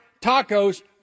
tacos